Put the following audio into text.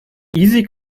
easy